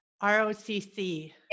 R-O-C-C